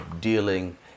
dealing